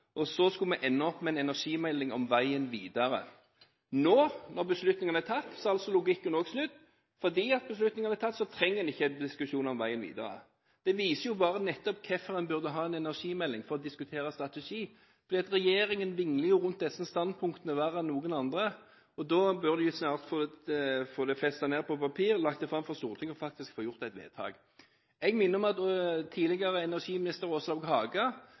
og så skulle vi ende opp med en energimelding om veien videre. Nå når beslutningene er tatt, er altså logikken også snudd: fordi beslutningene er tatt, trenger en ikke en diskusjon om veien videre. Det viser jo hvorfor en burde ha en energimelding – nettopp for å diskutere strategi – for regjeringen vingler jo verre enn noen andre rundt disse standpunktene. De burde snart få det festet på papiret og lagt det fram for Stortinget og faktisk få gjort et vedtak. Jeg minner om at tidligere energiminister Åslaug Haga